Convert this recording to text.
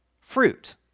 fruit